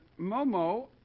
Momo